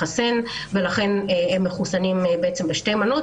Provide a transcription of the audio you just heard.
ולכן הם מחוסנים בשתי מנות.